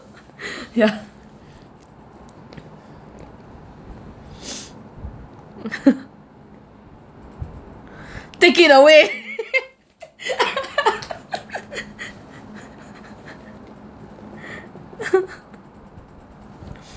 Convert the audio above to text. ya take it away